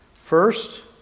First